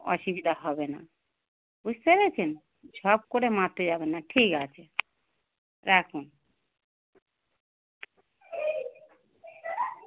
অসুবিধা হবে না বুঝতে পেরেছেন ঝপ করে মারতে যাবেন না ঠিক আছে রাখুন